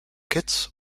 kitts